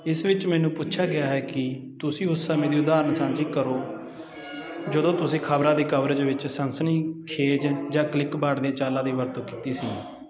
ਇਸ ਵਿੱਚ ਮੈਨੂੰ ਪੁੱਛਿਆ ਗਿਆ ਹੈ ਕਿ ਤੁਸੀਂ ਉਸ ਸਮੇਂ ਦੀ ਉਦਾਹਰਣ ਸਾਂਝੀ ਕਰੋ ਜਦੋਂ ਤੁਸੀਂ ਖ਼ਬਰਾਂ ਦੀ ਕਵਰੇਜ ਵਿੱਚ ਸੰਨਸਨੀ ਖੇਜ ਜਾਂ ਕਲਿੱਕਵਾਡ ਦੀਆਂ ਚਾਲਾਂ ਦੀ ਵਰਤੋਂ ਕੀਤੀ ਸੀ